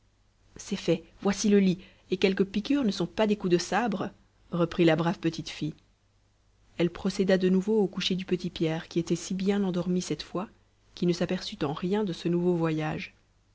c'est fait voici le lit et quelques piqûres ne sont pas des coups de sabre reprit la brave petite fille elle procéda de nouveau au coucher du petit pierre qui était si bien endormi cette fois qu'il ne s'aperçut en rien de ce nouveau voyage